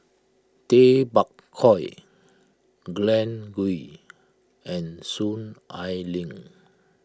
Tay Bak Koi Glen Goei and Soon Ai Ling